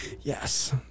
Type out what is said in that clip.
Yes